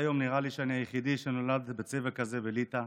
נראה לי שאני היחיד עד היום שנולד בצבע כזה בליטא.